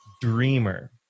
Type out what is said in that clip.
dreamer